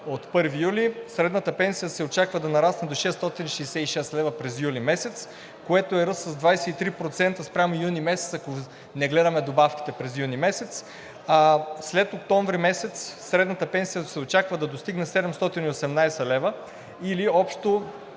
от 1 юли средната пенсия се очаква да нарасне до 666 лв. през юли месец, което е ръст с 23% спрямо юни, ако не гледаме добавките през юни месец. След октомври месец средната пенсия се очаква да достигне 718 лв., или общо